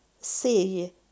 see